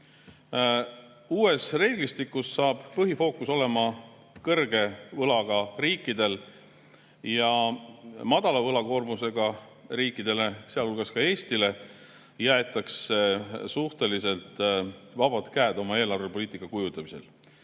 Uues reeglistikus saab põhifookus olema kõrge võlaga riikidel ja madala võlakoormusega riikidele, sealhulgas Eestile, jäetakse suhteliselt vabad käed oma eelarvepoliitika kujundamisel.